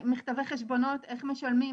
מכתבי חשבונות איך משלמים,